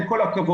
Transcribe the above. עם כל הכבוד,